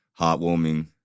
heartwarming